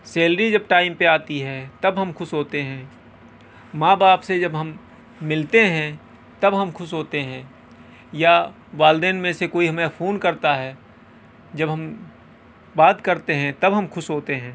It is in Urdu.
سیلری جب ٹائم پہ آتی ہے تب ہم خوش ہوتے ہیں ماں باپ سے جب ہم ملتے ہیں تب ہم خوش ہوتے ہیں یا والدین میں سے ہمیں کوئی فون کرتا ہے جب ہم بات کرتے ہیں تب ہم خوش ہوتے ہیں